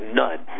none